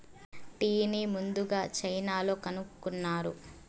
టీని ముందుగ చైనాలో కనుక్కున్నారు